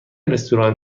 رستوران